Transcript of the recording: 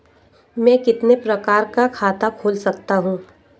मैं कितने प्रकार का खाता खोल सकता हूँ?